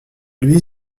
lui